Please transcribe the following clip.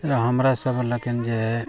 हमरा सब लोकनि जे हइ